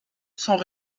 sont